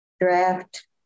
draft